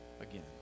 again